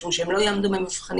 חושבים שהם לא יעמדו במבחנים.